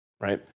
Right